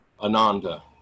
Ananda